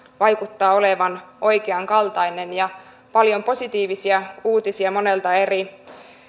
vaikuttaa olevan oikean kaltainen ja paljon positiivisia uutisia monelta eri